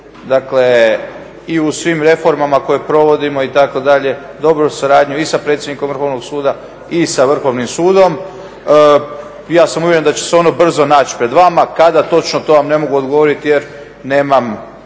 dakle i u svim reformama koje provodimo itd., dobru suradnju i sa predsjednikom Vrhovnog suda i sa Vrhovnim sudom. Ja sam uvjeren da će se ono brzo naći pred vama. Kada točno, to vam ne mogu odgovoriti jer nemam